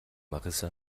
marissa